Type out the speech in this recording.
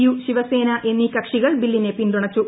U Shiv Sena എന്നീ കക്ഷികൾ ബില്ലിനെ പിന്തുണച്ചു